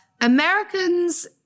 Americans